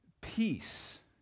peace